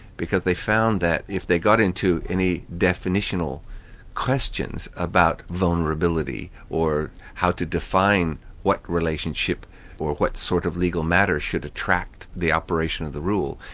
because they found that if they got into any definitional questions about vulnerability or how to define what relationship or what sort of legal matter should attract the operation of the rule,